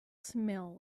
smell